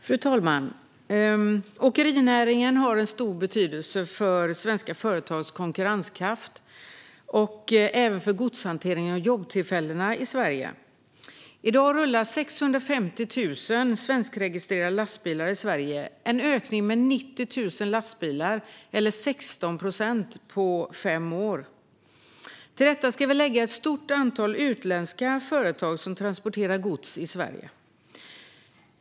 Fru talman! Åkerinäringen har stor betydelse för svenska företags konkurrenskraft och även för godshanteringen och jobbtillfällena i Sverige. I dag rullar 650 000 svenskregistrerade lastbilar i Sverige. Det innebär en ökning med 90 000 lastbilar, eller 16 procent, på fem år. Till detta kan vi lägga ett stort antal utländska företag som transporterar gods i Sverige.